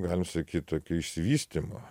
galim sakyt tokio išsivystymo